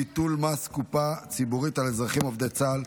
ביטול מס קופה ציבורית על אזרחים עובדי צה"ל),